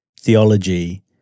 theology